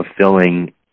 fulfilling